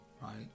right